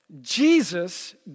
Jesus